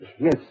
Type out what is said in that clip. Yes